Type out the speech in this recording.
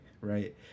right